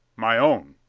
my own.